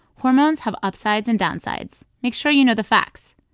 hormones have upsides and downsides. make sure you know the facts